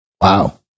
wow